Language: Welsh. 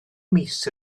mis